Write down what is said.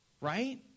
right